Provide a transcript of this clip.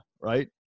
right